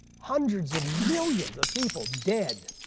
hundreds of millions of people dead,